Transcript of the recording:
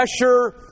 pressure